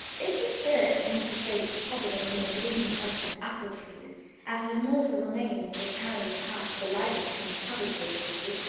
if the spirit of mrs. bates hovered among the bloom-whitened apple trees as her mortal remains were carried past the lilacs and cabbage rose bushes,